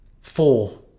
Four